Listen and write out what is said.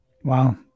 Wow